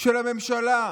של הממשלה?